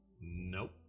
Nope